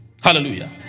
Hallelujah